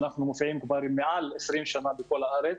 שאנחנו מופיעים כבר מעל ל-20 שנה בכל הארץ.